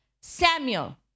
Samuel